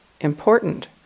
important